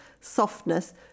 softness